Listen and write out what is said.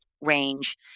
range